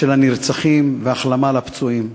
הנרצחים ומאחל החלמה לפצועים.